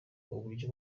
uburyo